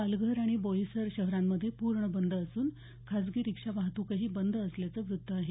पालघर आणि बोईसर शहरांमध्ये पूर्ण बंद असून खाजगी रिक्षा वाहतूकही बंद असल्याचं वृत्त आहे